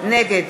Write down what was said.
נגד